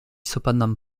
cependant